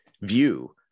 view